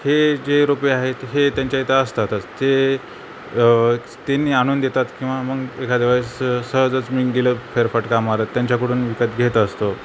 हे जे रोपे आहेत हे त्यांच्या इथं असतातच ते त्यानी आ आणून देतात किंवा मग एखाद्या वेळेस सहजच मी गेलं फेरफाट का आ मारत त्यांच्याकडून विकत घेत असतो